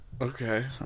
Okay